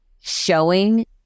showing